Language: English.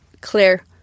clear